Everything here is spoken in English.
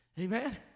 Amen